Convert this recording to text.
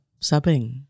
subbing